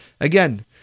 Again